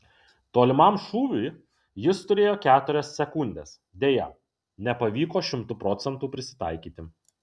tolimam šūviui jis turėjo keturias sekundes deja nepavyko šimtu procentų prisitaikyti